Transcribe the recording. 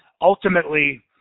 ultimately